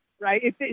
right